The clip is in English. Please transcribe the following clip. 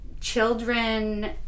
children